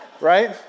Right